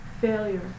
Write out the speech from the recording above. Failure